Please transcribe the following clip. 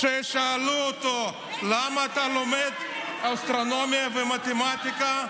כששאלו אותו: למה אתה לומד אסטרונומיה ומתמטיקה?